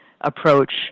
approach